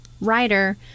writer